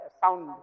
sound